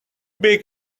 big